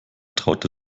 traute